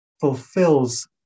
fulfills